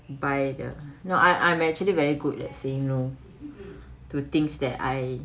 buy the no I I'm actually very good at saying no to things that I